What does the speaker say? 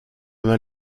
mal